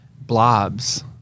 blobs